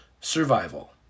survival